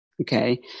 Okay